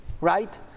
right